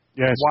Yes